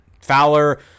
Fowler